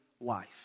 life